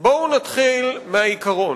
בואו נתחיל מהעיקרון.